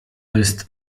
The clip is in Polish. jest